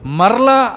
marla